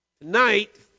Tonight